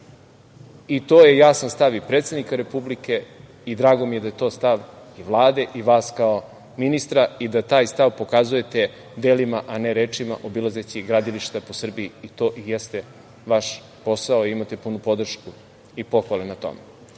To je jasan stav i predsednika Republike i drago mi je da je to jasan stav i Vlade i vas kao ministra i da taj stav pokazujete delima, a ne rečima, obilazeći gradilišta po Srbiji. To i jeste vaš posao i imate punu podršku i pohvale na